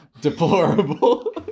deplorable